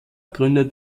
gründet